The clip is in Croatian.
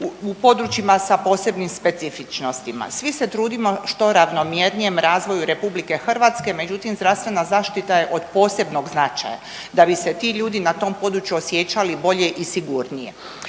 u područjima sa posebnim specifičnostima. Svi se trudimo što ravnomjernijem razvoju Republike Hrvatske, međutim zdravstvena zaštita je od posebnog značaja da bi se ti ljudi na tom području osjećali bolje i sigurnije.